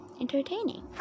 entertaining